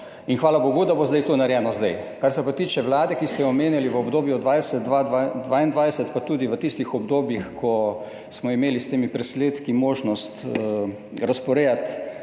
In hvala bogu, da bo to narejeno zdaj. Kar se pa tiče vlade, ki ste jo omenjali, v obdobju 2020–2022, pa tudi v tistih obdobjih, ko smo imeli s temi presledki možnost razporejati